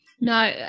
No